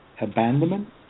abandonment